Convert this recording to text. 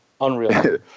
unreal